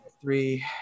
Three